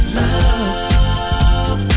love